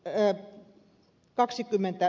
pe kaksikymmentä